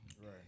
right